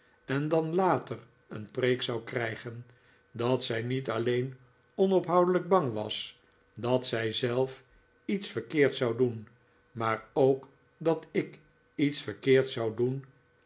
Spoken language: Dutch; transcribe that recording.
en dan later een preek zou krijgen dat zij niet alleen onophoudelijk bang was dat zij zelf iets verkeerds zou doen maar ook dat ik iets verkeerds zou doen